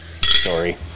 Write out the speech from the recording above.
Sorry